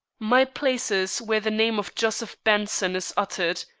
my place is where the name of joseph benson is uttered,